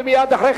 ומייד אחרי כן,